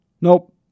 Nope